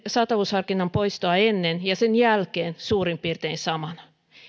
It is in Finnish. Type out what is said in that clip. saatavuusharkinnan poistoa ennen ja sen jälkeen suurin piirtein samana